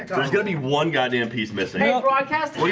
there's gonna be one goddamn piece missing